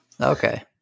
Okay